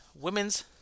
women's